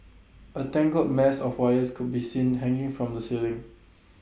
A tangled mess of wires could be seen hanging from the ceiling